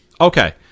Okay